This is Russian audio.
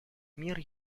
мер